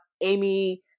Amy